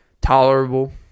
tolerable